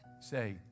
say